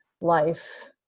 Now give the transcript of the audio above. life